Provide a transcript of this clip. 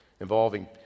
involving